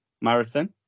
marathon